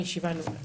הישיבה נעולה.